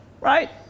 right